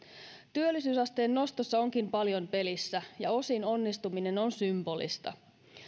työllisyysasteen nostossa onkin paljon pelissä ja osin onnistuminen on symbolista